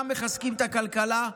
גם מחזקים את הכלכלה,